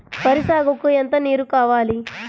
వరి సాగుకు ఎంత నీరు కావాలి?